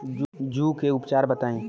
जूं के उपचार बताई?